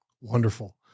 Wonderful